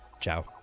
Ciao